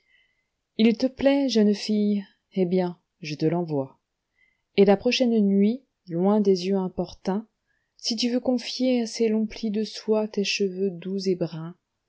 il te plaît jeune fille eh bien je te l'envoie et la prochaine nuit loin des yeux importuns si tu veux confier à ses longs plis de soie tes cheveux doux et bruns